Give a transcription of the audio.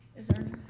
is there any?